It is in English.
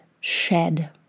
Shed